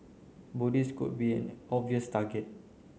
Buddhists could be an obvious target